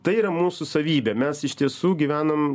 tai yra mūsų savybė mes iš tiesų gyvenam